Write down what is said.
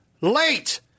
late